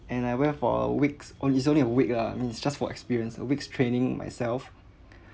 and I went for a weeks only is only a week ya I means it's just for experience a week's training myself